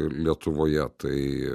lietuvoje tai